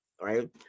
right